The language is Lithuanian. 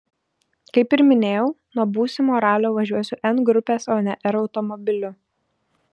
kaip ir minėjau nuo būsimo ralio važiuosiu n grupės o ne r automobiliu